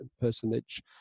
personage